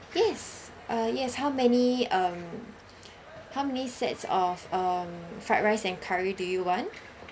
yes uh yes how many um how many sets of um fried rice and curry do you want